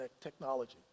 technology